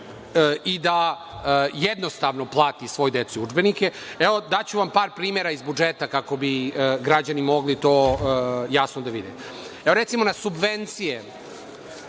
i da jednostavno plati svoj deci udžbenike. Evo, daću vam par primera iz budžeta kako bi građani mogli to jasno da vide. Recimo, na subvencije